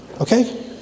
Okay